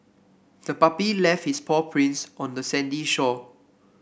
the puppy left its paw prints on the sandy shore